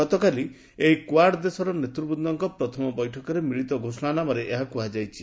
ଗତକାଲି କ୍ୱାର୍ଡ ଦେଶର ନେତୃବ୍ଦଙ୍କ ପ୍ରଥମ ବୈଠକରେ ମିଳିତ ଘୋଷଣାନାମାରେ ଏହା କୁହାଯାଇଛି